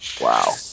Wow